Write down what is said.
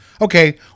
Okay